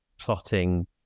plotting